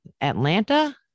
atlanta